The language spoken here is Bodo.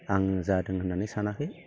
आं जादों होननानै सानाखै